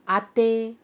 आतें